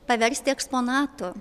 paversti eksponatu